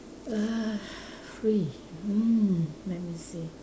uh free mm let me see